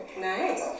Nice